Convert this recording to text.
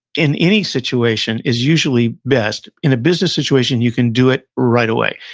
in any situation, is usually best. in a business situation, you can do it right away.